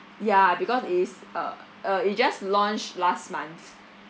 ya because it is uh uh it just launched last month